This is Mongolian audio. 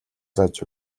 зааж